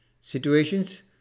Situations